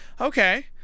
okay